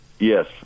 Yes